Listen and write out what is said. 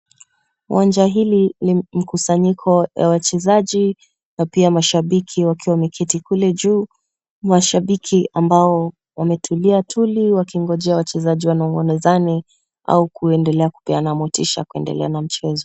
Uwanja hili ni mkusanyiko wa wachezaji na pia mashabiki ambao waketi huko juu. Mashabiki ambao wametulia tuli wakingojea wachezaji wanong'onezane au kuendelea kupeana motisha kuendelea na mchezo.